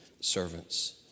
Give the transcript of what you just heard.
servants